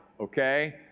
okay